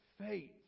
faith